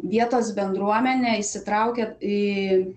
vietos bendruomenė įsitraukia į